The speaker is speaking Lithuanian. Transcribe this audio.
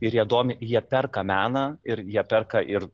ir jie domi jie perka meną ir jie perka ir